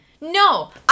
No